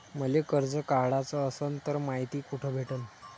मले कर्ज काढाच असनं तर मायती कुठ भेटनं?